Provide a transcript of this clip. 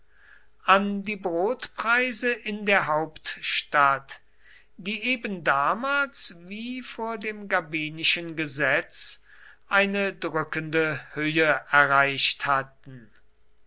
an die brotpreise in der hauptstadt die ebendamals wie vor dem gabinischen gesetz eine drückende höhe erreicht hatten